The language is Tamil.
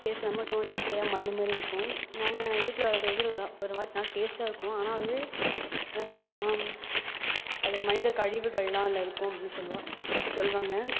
டேஸ்ட் ரொம்ப சும்மா சக்கையாக மண் மாதிரி இருக்கும் நாங்ள் வீட்டில் வளர்க்குறது வந்து ஒருமாதிரி நல்லா டேஸ்ட்டாக இருக்கும் ஆனால் வந்து என்ன சொல்லுவாங்கன்னால் அது மனித கழிவுகளெலாம் அதில் இருக்கும் அப்படின்னு சொல்வா சொல்வாங்க